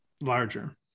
larger